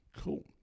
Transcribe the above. cool